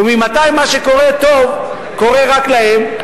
וממתי מה שקורה טוב קורה רק להם?